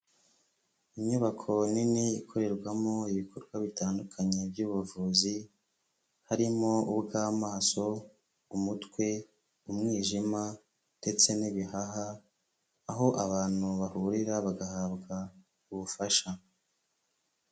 Inyubako nini ikorerwamo ibikorwa bitandukanye by'ubuvuzi, harimo ubw'amaso, umutwe, umwijima ndetse n'ibihaha, aho abantu bahurira bagahabwa ubufasha.